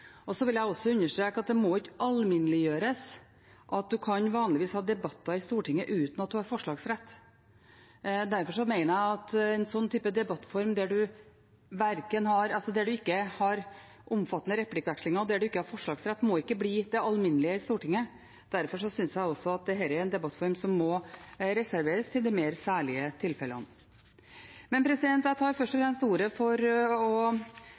Jeg vil også understreke at det ikke må alminneliggjøres at en kan ha debatter i Stortinget uten at en har forslagsrett. Jeg mener at en sånn type debattform, der en ikke har omfattende replikkvekslinger eller forslagsrett, ikke må bli det alminnelige i Stortinget. Derfor synes jeg også at dette er en debattform som må reserveres til de mer særlige tilfellene. Jeg tar først og fremst ordet for å